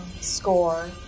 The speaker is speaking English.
score